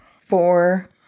four